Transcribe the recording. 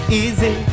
easy